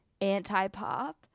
anti-pop